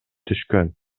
түшкөн